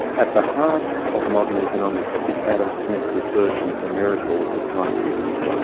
at the heart of modern economics is adam smith's assertion of the miracle of the price system.